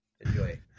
Enjoy